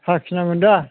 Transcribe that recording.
साखि नांगोन दा